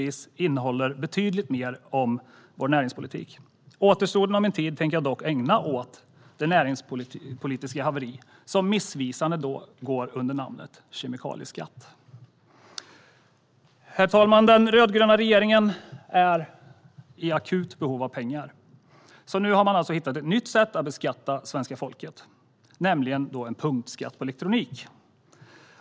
Den innehåller naturligtvis betydligt mer om vår näringspolitik, men återstoden av min talartid tänker jag ägna åt det näringslivspolitiska haveri som missvisande går under namnet "kemikalieskatt". Herr talman! Den rödgröna regeringen är i akut behov av pengar, så nu har man hittat ett nytt sätt att beskatta det svenska folket - genom en punktskatt på elektronik.